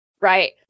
right